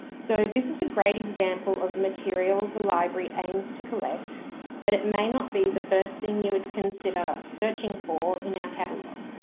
so this is a great example of material the library aims to collect but it may not be the first thing you would consider searching for in our catalogue.